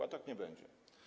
A tak nie będzie.